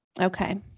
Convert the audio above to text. Okay